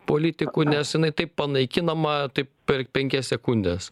politikų nes jinai taip panaikinama taip per penkias sekundes